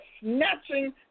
snatching